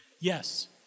Yes